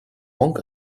monk